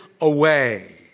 away